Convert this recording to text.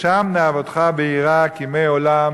ושם נעבודך ביראה כימי עולם